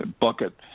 bucket